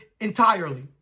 entirely